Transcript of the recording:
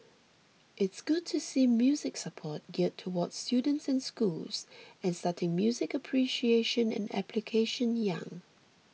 it's good to see music support geared towards students and schools and starting music appreciation and application young